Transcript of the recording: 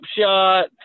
shot